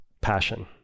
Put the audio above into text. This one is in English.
passion